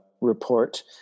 report